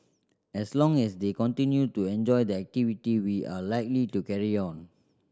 as long as they continue to enjoy the activity we are likely to carry on